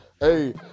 Hey